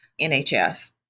NHF